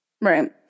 Right